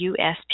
usp